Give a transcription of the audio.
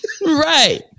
Right